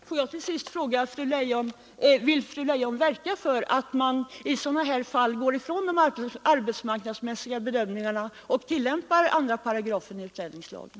Herr talman! Får jag till sist fråga fru Leijon: Vill fru Leijon verka för att man i sådana här fall går ifrån de arbetsmarknadsmässiga bedömningarna och tillämpar 2 § utlänningslagen?